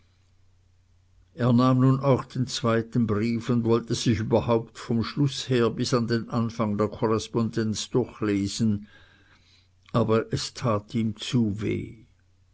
er nahm nun auch den zweiten brief und wollte sich überhaupt vom schluß her bis an den anfang der korrespondenz durchlesen aber es tat ihm zu weh